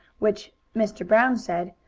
which, mr. brown said,